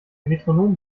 metronom